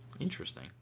Interesting